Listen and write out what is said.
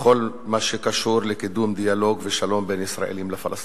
בכל מה שקשור לקידום דיאלוג ושלום בין ישראלים לפלסטינים.